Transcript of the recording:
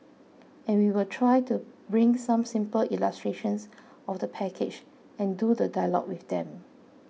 and we will try to bring some simple illustrations of the package and do the dialogue with them